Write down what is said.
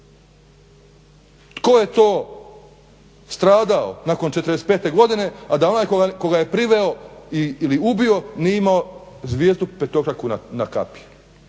Tko je to stradao nakon '45.godine, a da onaj tko ga je priveo ili ubio nije imao zvijezdu petokraku na kapi.